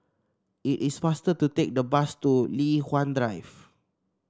it is faster to take the bus to Li Hwan Drive